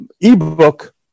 ebook